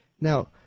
Now